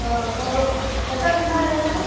हो कसा बिमार झाला तो